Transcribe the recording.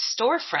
storefront